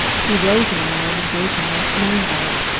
he rose in alarm and gave me my smelling-bottle.